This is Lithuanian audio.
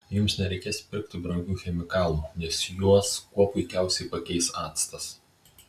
jums nereikės pirkti brangių chemikalų nes juos kuo puikiausiai pakeis actas